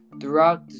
Throughout